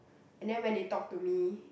and then when they talk to me